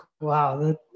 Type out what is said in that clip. Wow